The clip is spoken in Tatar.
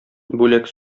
бүләк